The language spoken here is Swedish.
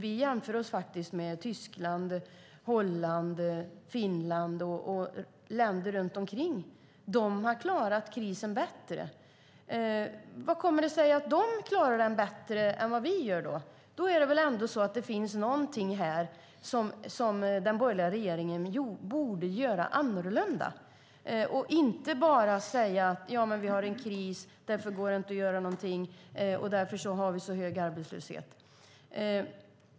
Vi jämför oss med Tyskland, Holland, Finland och länder runt omkring. De har klarat krisen bättre. Hur kommer det sig att de klarar den bättre än vi gör? Då finns det väl ändå någonting här som den borgerliga regeringen borde göra annorlunda och inte bara säga: Vi har en kris. Därför går det inte att göra någonting, och därför har vi så hög arbetslöshet.